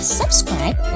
subscribe